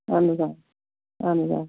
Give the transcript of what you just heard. اَہَن حظ آ اَہَن حظ آ